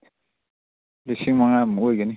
ꯂꯤꯁꯤꯡ ꯃꯉꯥꯃꯨꯛ ꯑꯣꯏꯒꯅꯤ